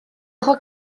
diolch